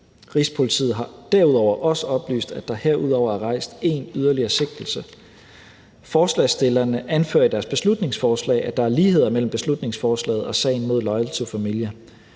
Rigspolitiet har derudover også oplyst, at der herudover er rejst en yderligere sigtelse. Forslagsstillerne anfører i deres beslutningsforslag, at der er ligheder mellem beslutningsforslaget og sagen mod Loyal To Familia.